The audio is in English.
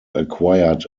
acquired